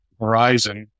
Verizon